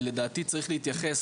ולדעתי צריך להתייחס,